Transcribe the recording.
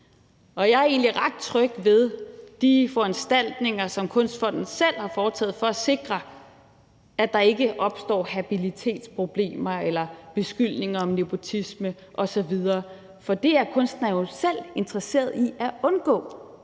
Og jeg er egentlig ret tryg ved de foranstaltninger, som Kunstfonden selv har foretaget for at sikre, at der ikke opstår habilitetsproblemer eller beskyldninger om nepotisme osv., for det er kunstnere jo selv interesseret i at undgå.